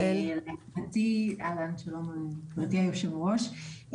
שלום, גבירתי היושב-ראש,